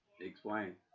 Explain